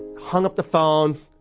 hung up the phone.